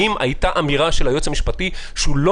האם הייתה אמירה של היועץ המשפטי שהוא לא